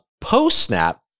post-snap